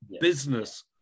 business